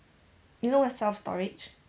you know what's self-storage